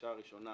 הדרישה הראשונה